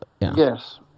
yes